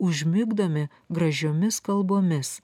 užmigdomi gražiomis kalbomis